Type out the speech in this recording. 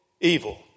evil